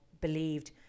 believed